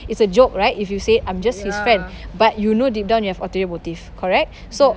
it's a joke right if you say I'm just his friend but you know deep down you've ulterior motive correct so